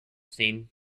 scene